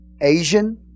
Asian